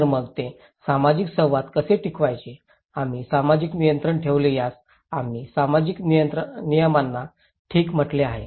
तर मग ते सामाजिक संवाद कसे टिकवायचे आम्ही सामाजिक नियंत्रण ठेवले ज्यास आम्ही सामाजिक नियमांना ठीक म्हटले आहे